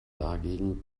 dagegen